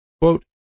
quote